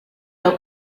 veu